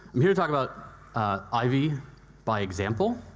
here to talk about ivy by example,